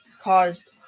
caused